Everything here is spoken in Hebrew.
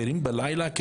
ערים בלילה,